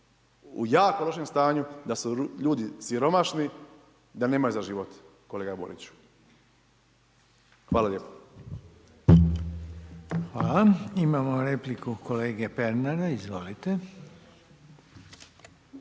u jako lošem stanju, da su ljudi siromašni, da nemaju za život. Hvala lijepo. **Reiner, Željko (HDZ)** Hvala. Imamo repliku kolege Pernara, izvolite.